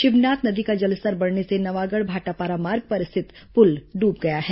शिवनाथ नदी का जलस्तर बढ़ने से नवागढ़ भाटापारा मार्ग पर स्थित पुल डूब गया है